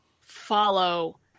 follow